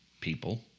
people